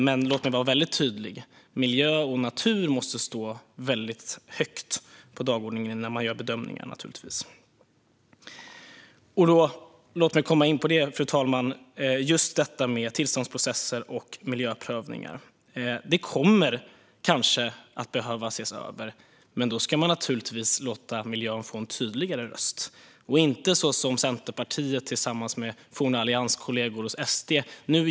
Men låt mig vara väldigt tydlig med att miljö och natur måste stå väldigt högt på dagordningen när man gör bedömningen. Fru talman! Låt mig komma in på just tillståndsprocesser och miljöprövningar. Det kommer kanske att behöva ses över. Men då ska man naturligtvis låta miljön få en tydligare röst. Man ska inte göra som Centerpartiet nu gör tillsammans med forna allianskollegor och Sverigedemokraterna.